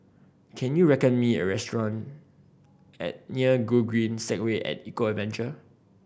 can you recommend me a restaurant at near Gogreen Segway At Eco Adventure